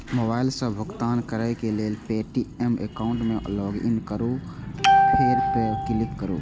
mobile सं भुगतान करै लेल पे.टी.एम एकाउंट मे लॉगइन करू फेर पे पर क्लिक करू